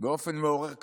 באופן מעורר כבוד,